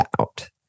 out